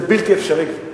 זה בלתי אפשרי.